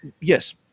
Yes